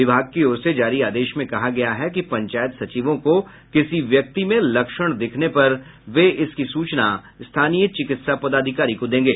विभाग की ओर से जारी आदेश में कहा गया है कि पंचायत सचिवों को किसी व्यक्ति में लक्षण दिखने पर वे इसकी सूचना स्थानीय चिकित्सा पदाधिकारी को देंगे